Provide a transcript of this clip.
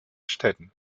städten